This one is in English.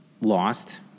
lost